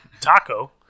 taco